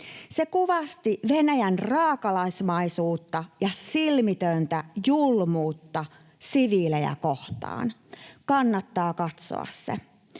Se kuvasti Venäjän raakalaismaisuutta ja silmitöntä julmuutta siviilejä kohtaan, kannattaa katsoa se.